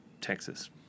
Texas